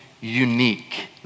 unique